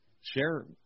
Share